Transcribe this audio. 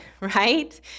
right